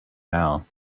now